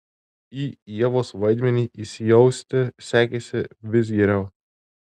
į ievos vaidmenį įsijausti sekėsi vis geriau